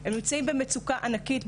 הם נמצאים במצוקה ענקית,